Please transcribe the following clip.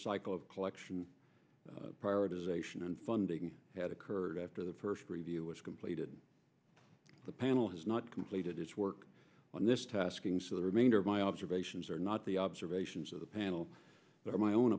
cycle of collection prioritization and funding had occurred after the first review was completed the panel has not completed its work on this tasking so the remainder of my observations are not the observations of the panel but my own